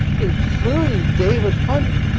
including david hunter,